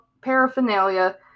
paraphernalia